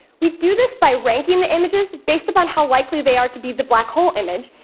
we do this by ranking the images based upon how likely they are to be the black hole image,